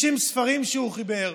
60 ספרים שהוא חיבר,